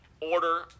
Order